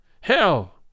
Hell